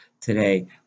today